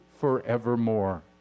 forevermore